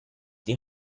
die